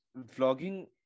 vlogging